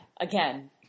Again